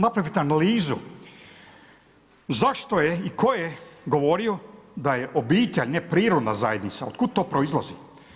Napravite analizu zašto je i tko je govorio da je obitelj neprirodna zajednica, od kud to proizlazi?